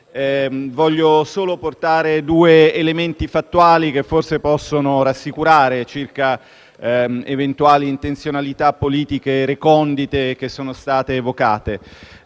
Vorrei solo portare due elementi fattuali che forse possono rassicurare circa eventuali intenzionalità politiche recondite che sono state evocate.